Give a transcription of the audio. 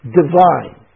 divine